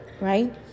right